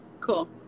Cool